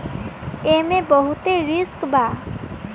एईमे बहुते रिस्क बा